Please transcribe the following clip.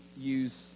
use